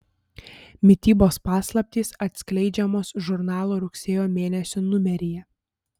mitybos paslaptys atskleidžiamos žurnalo rugsėjo mėnesio numeryje